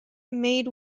made